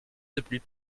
depuis